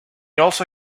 also